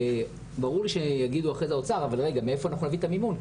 ברור שיגידו אחר כך מהאוצר מאיפה נביא את המימון?